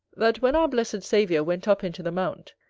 that when our blessed saviour went up into the mount,